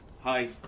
Hi